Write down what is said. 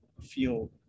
feel